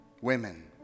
women